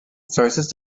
sources